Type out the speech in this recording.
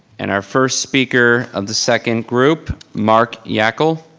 and our first speaker of the second group, mark yockel.